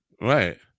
Right